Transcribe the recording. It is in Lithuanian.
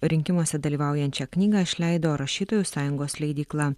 rinkimuose dalyvaujančią knygą išleido rašytojų sąjungos leidykla